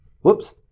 Whoops